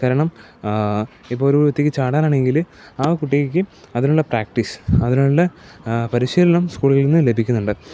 കാരണം ഇപ്പോൾ ഒരു വ്യക്തിക്ക് ചാടാൻ ആണെങ്കിൽ ആ കുട്ടിക്ക് അതിനുള്ള പ്രാക്ടീസ് അതിനുള്ള പരിശീലനം സ്കൂളിൽനിന്ന് ലഭിക്കുന്നുണ്ട്